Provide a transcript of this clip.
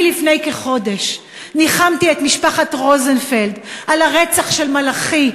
לפני כחודש ניחמתי את משפחת רוזנפלד על הרצח של מלאכי,